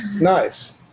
Nice